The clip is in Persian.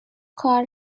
کار